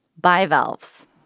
Bivalves